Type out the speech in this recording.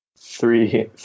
Three